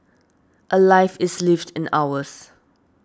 a life is lived in hours